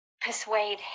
persuade